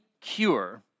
cure